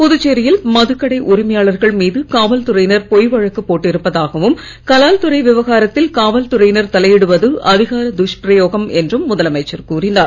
புதுச்சேரியில் மதுக்கடை உரிமையாளர்கள் மீது காவல்துறையினர் பொய் வழக்கு போட்டிருப்பதாகவும் கலால் துறை விவகாரத்தில் காவல் துறையினர் தலையிடுவது அதிகார துஷ்பிரயோகம் என்றும் முதலமைச்சர் கூறினார்